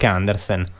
Anderson